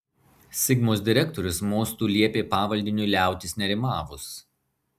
sigmos direktorius mostu liepė pavaldiniui liautis nerimavus